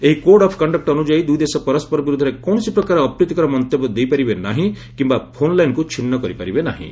ଏହି code of କଶ୍ଚକ୍ ଅନୁଯାୟୀ ଦୁଇ ଦେଶ ପରସ୍କର ବିରୁଦ୍ଧରେ କୌଣସି ପ୍ରକାର ଅପ୍ରୀତିକର ମନ୍ତବ୍ୟ ଦେଇ ପାରିବେ ନାହିଁ କିୟା ଫୋନ୍ ଲାଇନ୍କୁ ଛିନ୍ନ କରିପାରିବେ ନାହିଁ